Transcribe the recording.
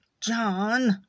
John